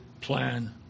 plan